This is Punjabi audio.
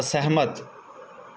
ਅਸਹਿਮਤ